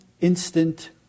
instant